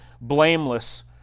blameless